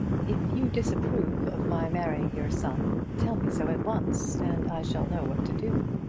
if you disapprove of my marrying your son, tell me so at once, and i shall know what to do.